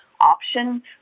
option